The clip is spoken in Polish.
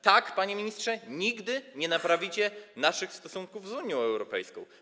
Tak, panie ministrze, nigdy nie naprawicie naszych stosunków z Unią Europejską.